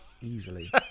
easily